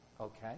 Okay